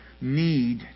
need